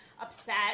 upset